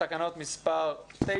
מי בעד תקנות מספר 9?